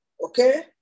Okay